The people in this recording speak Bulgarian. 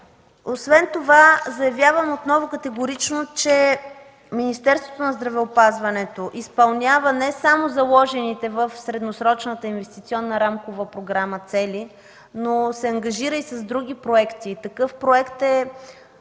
Освен това, отново категорично заявявам, че Министерството на здравеопазването изпълнява не само заложените в Средносрочната рамкова инвестиционна програма цели, но се ангажира и с други проекти.